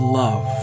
love